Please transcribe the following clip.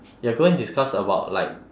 you're going to discuss about like